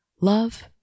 Love